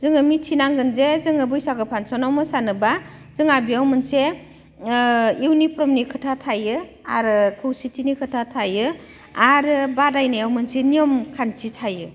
जोङो मिथिनांगोन जे जोङो बैसागु फांसनाव मोसानोब्ला जोंहा बेयाव मोनसे इउनिफर्मनि खोथा थायो आरो खौसेथिनि खोथा थायो आरो बादायनायाव मोनसे नियम खान्थि थायो